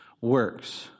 works